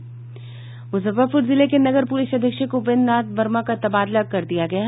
मुजफ्फरपुर जिले के नगर पुलिस अधीक्षक उपेन्द्र नाथ वर्मा का तबादला कर दिया गया है